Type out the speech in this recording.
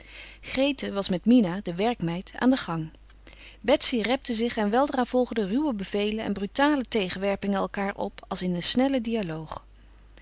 grete was met mina de werkmeid aan den gang betsy repte zich en weldra volgden ruwe bevelen en brutale tegenwerpingen elkaâr op als in een snellen dialoog